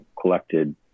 collected